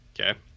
Okay